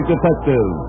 Detective